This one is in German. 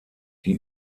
die